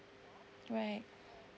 right